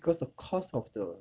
because the cost of the